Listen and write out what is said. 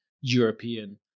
European